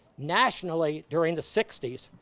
nationally, during the sixty s,